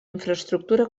infraestructura